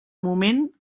moment